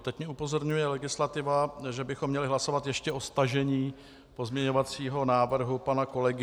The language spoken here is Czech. Teď mě upozorňuje legislativa, že bychom měli hlasovat ještě o stažení pozměňovacího návrhu pana kolegy Raise.